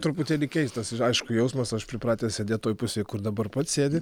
truputėlį keistas ir aišku jausmas aš pripratęs sėdėt toj pusėj kur dabar pats sėdi